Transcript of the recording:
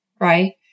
Right